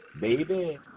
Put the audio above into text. Baby